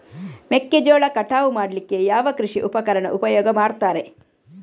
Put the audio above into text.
ಮೆಕ್ಕೆಜೋಳ ಕಟಾವು ಮಾಡ್ಲಿಕ್ಕೆ ಯಾವ ಕೃಷಿ ಉಪಕರಣ ಉಪಯೋಗ ಮಾಡ್ತಾರೆ?